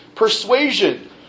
persuasion